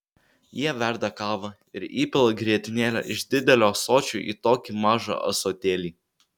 jie verda kavą ir įpila grietinėlę iš didelio ąsočio į tokį mažą ąsotėlį